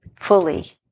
fully